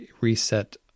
reset